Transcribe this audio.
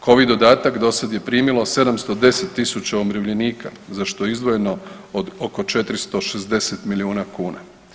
Covid dodatak dosad je primilo 710.000 umirovljenika za što je izdvojeno od oko 460 milijuna kuna.